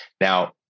Now